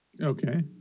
Okay